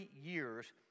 years